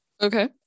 Okay